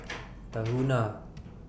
Tahuna